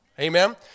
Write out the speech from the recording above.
Amen